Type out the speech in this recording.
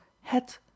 het